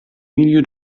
milieu